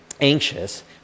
anxious